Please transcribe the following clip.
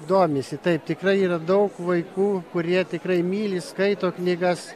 domisi taip tikrai yra daug vaikų kurie tikrai myli skaito knygas